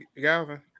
Galvin